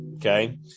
Okay